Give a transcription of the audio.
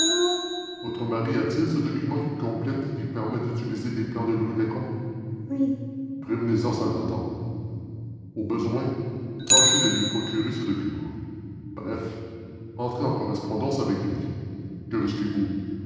votre mari a-t-il ce document qui complète et qui permet d'utiliser les plans de louis lacombe oui prévenez en salvator au besoin tâchez de lui procurer ce document bref entrez en correspondance avec lui que risquez vous